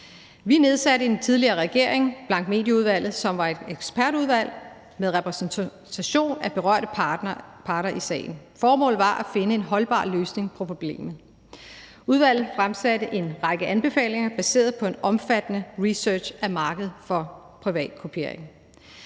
Vi nedsatte i den tidligere regering blankmedieudvalget, som var et ekspertudvalg med repræsentation af berørte parter i sagen. Formålet var at finde en holdbar løsning på problemet. Udvalget fremsatte en række anbefalinger baseret på en omfattende research af markedet for privatkopiering.